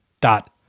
dot